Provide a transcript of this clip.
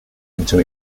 into